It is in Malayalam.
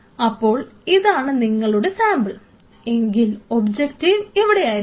ഇപ്പോൾ ഇതാണ് നിങ്ങളുടെ സാമ്പിൾ എങ്കിൽ ഒബ്ജക്റ്റീവ് ഇവിടെ ആയിരിക്കണം